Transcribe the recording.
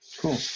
Cool